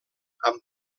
amb